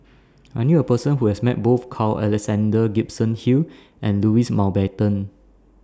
I knew A Person Who has Met Both Carl Alexander Gibson Hill and Louis Mountbatten